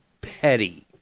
petty